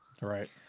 right